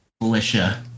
militia